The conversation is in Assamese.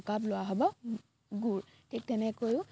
দুকাপ লোৱা হ'ব গুড় ঠিক তেনেকৈও